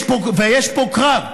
יש פה קרב,